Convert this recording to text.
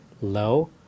low